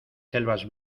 selvas